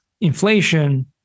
inflation